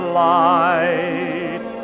light